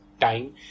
time